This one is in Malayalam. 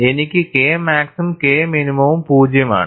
എനിക്ക് K മാക്സും K മിനിമവും 0 ആണ്